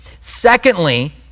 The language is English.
Secondly